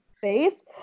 face